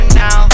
now